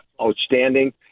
outstanding